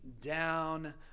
down